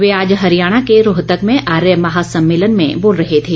वे आज हरियाणा के रोहतक में आर्य महासम्मेलन में बोल रहे थे